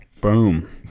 Boom